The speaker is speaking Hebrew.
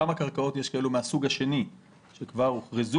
כמה קרקעות כאלו יש מהסוג השני שכבר הוכרזו